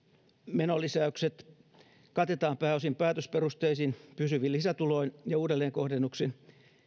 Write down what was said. menolisäykset katetaan pääosin päätösperusteisin pysyvin lisätuloin ja uudelleenkohdennuksin